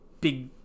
big